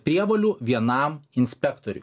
prievolių vienam inspektoriui